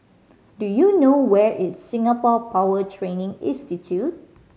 do you know where is Singapore Power Training Institute